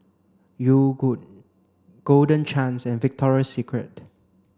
Yogood Golden Chance and Victoria Secret